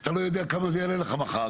אתה לא יודע כמה זה יעלה לך מחר,